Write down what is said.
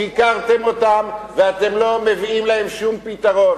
שיקרתם להם ואתם לא מביאים להם שום פתרון.